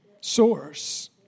source